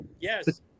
Yes